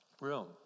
room